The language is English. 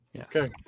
Okay